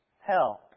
help